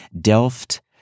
delft